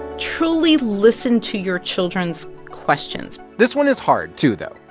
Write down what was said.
truly listen to your children's questions this one is hard too, though.